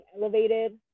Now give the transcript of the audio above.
elevated